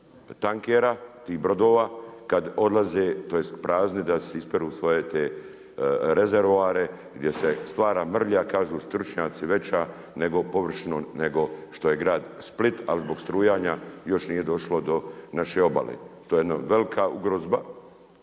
tankera, tih brodova kad odlaze, tj. prazni da si isperu sve te rezervoare, gdje se stvara mrlja, kažu stručnjaci veća površinom nego što je grad Split, ali zbog strujanja, još nije došlo no naše obale. To je jedna velika ugroza